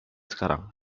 sekarang